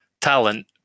talent